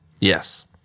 yes